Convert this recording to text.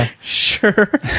Sure